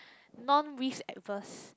non risk adverse